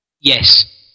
Yes